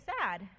sad